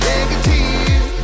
Negative